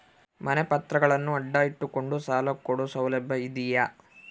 ಮನೆ ಪತ್ರಗಳನ್ನು ಅಡ ಇಟ್ಟು ಕೊಂಡು ಸಾಲ ಕೊಡೋ ಸೌಲಭ್ಯ ಇದಿಯಾ?